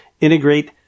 integrate